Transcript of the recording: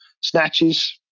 snatches